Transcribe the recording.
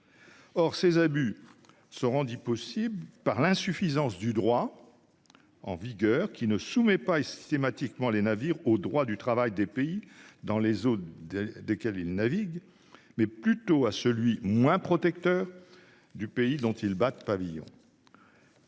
Or ces abus sont rendus possibles par l'insuffisance du droit en vigueur, qui soumet les navires non pas au droit du travail des pays dans les eaux desquels ils naviguent, mais plutôt à celui, moins protecteur, du pays dont ils battent pavillon.